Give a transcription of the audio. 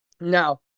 Now